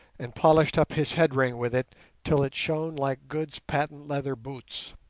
and polished up his head-ring with it till it shone like good's patent leather boots.